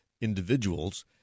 individuals